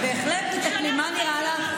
הם בהחלט מתקנים, מה נראה לך?